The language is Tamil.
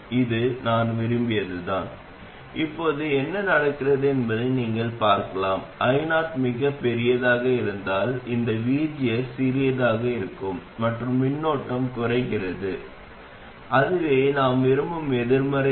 எனவே இது நம் தற்போதைய இடையக அல்லது கட்டுப்படுத்தப்பட்ட தற்போதைய ஆதாரம் அல்லது குறைந்த பட்சம் இது போன்ற ஒரு தொகுதியை பெறுவதற்கான நமது முயற்சி